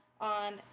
on